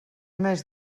mes